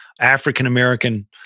African-American